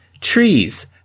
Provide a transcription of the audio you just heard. Trees